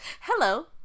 Hello